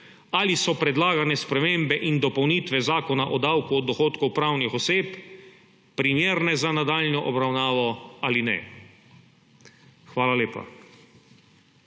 ali so predlagane spremembe in dopolnitve Zakona o davku od dohodkov pravnih oseb primerne za nadaljnjo obravnavo ali ne. Hvala lepa.